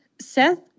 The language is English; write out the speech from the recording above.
Seth